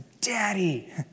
daddy